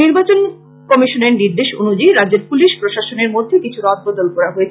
নির্বাচন কমিশনের নির্দেশ অনুযায়ী রাজ্যের পুলিশ প্রশাসনের মধ্যে কিছু রদবদল করা হয়েছে